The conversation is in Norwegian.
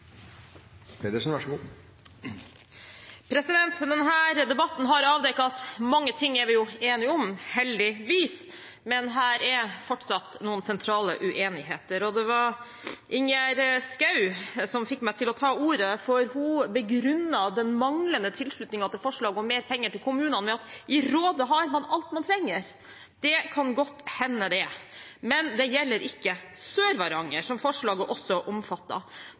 debatten har avdekket at mange ting er vi enige om, heldigvis, men her er fortsatt noen sentrale uenigheter. Det var Ingjerd Schou som fikk meg til å ta ordet, for hun begrunnet den manglende tilslutningen til forslaget om mer penger til kommunene med at i Råde har man alt man trenger. Det kan godt hende, det, men det gjelder ikke Sør-Varanger, som forslaget også